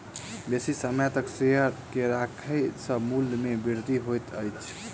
बेसी समय तक शेयर के राखै सॅ मूल्य में वृद्धि होइत अछि